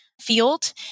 field